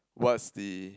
what's the